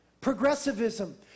progressivism